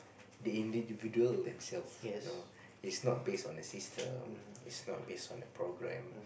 the individual themselves you know it's not based on the system it's not based on the program